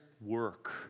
work